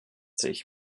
sich